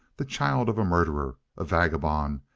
the child of a murderer, a vagabond,